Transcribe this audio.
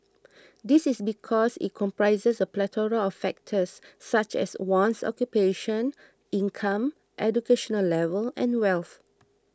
this is because it comprises a plethora of factors such as one's occupation income education level and wealth